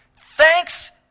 Thanks